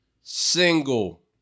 single